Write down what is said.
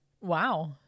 Wow